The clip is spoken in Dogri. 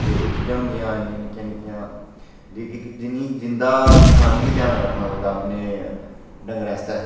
ते एह् चीजां होंदियां निक्कियां निक्कियां जिं'दा इन्सान गी ध्यान रक्खना पौंदा अपने डंगरें आस्तै